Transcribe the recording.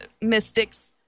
mystics